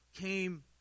came